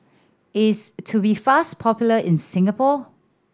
is Tubifast popular in Singapore